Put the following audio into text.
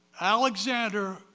Alexander